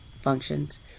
functions